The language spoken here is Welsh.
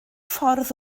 ffordd